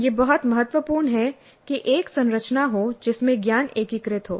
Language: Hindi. यह बहुत महत्वपूर्ण है कि एक संरचना हो जिसमें ज्ञान एकीकृत हो